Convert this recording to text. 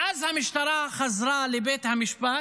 ואז המשטרה חזרה לבית המשפט,